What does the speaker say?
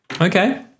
Okay